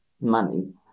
money